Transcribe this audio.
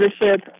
leadership